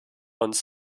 uns